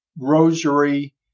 rosary